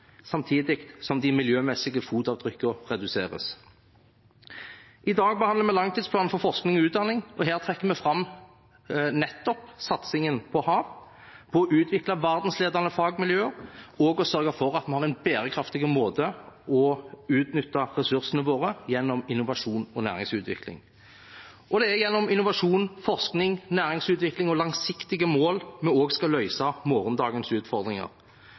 samtidig som de miljømessige fotavtrykkene reduseres. I dag behandler vi langtidsplanen for forskning og utdanning, og her trekker vi fram nettopp satsingen på hav, på å utvikle verdensledende fagmiljøer og å sørge for at vi har en bærekraftig måte å utnytte ressursene våre på gjennom innovasjon og næringsutvikling. Og det er gjennom innovasjon, forskning, næringsutvikling og langsiktige mål vi også skal løse morgendagens utfordringer.